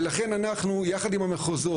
ולכן אנחנו יחד עם המחוזות,